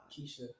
Keisha